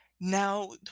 now